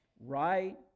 right